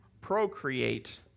procreate